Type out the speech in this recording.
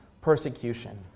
Persecution